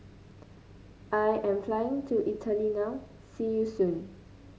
I am flying to Italy now see you soon